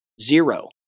Zero